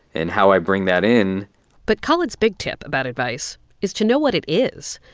and how i bring that in but khalid's big tip about advice is to know what it is.